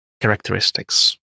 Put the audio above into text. characteristics